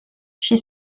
she